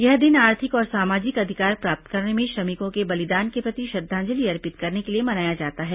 यह दिन आर्थिक और सामाजिक अधिकार प्राप्त करने में श्रमिकों के बलिदान के प्रति श्रद्धांजलि अर्पित करने के लिये मनाया जाता है